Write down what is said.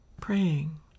praying